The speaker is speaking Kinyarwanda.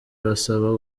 abasaba